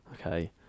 Okay